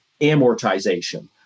amortization